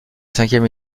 cinquième